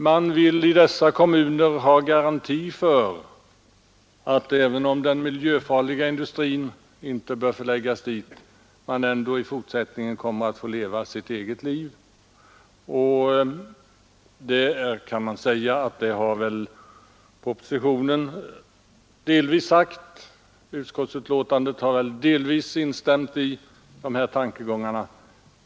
Man vill i dessa kommuner ha garanti för att, även om den miljöfarliga industrin inte bör förläggas dit, kommunen i fortsättningen ändå får leva sitt eget liv. Det har väl också delvis sagts i propositionen liksom utskottet delvis har instämt i de tankegångarna.